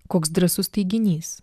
koks drąsus teiginys